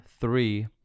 three